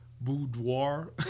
Boudoir